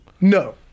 No